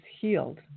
healed